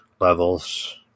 levels